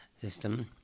system